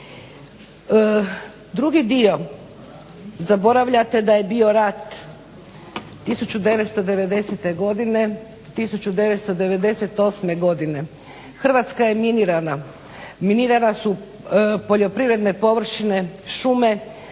Drugi dio zaboravljate da je bio rat 1990. godine. 1998. godine Hrvatska je minirana, minirane su poljoprivredne površine, šume,